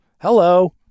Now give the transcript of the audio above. hello